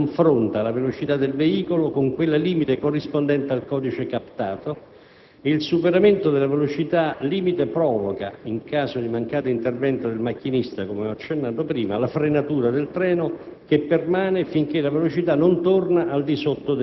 Il dispositivo di bordo per il controllo della velocità confronta la velocità del veicolo con quella limite corrispondente al codice captato e il superamento della velocità limite provoca, in caso di mancato intervento del macchinista, come ho accennato prima, la frenatura del treno,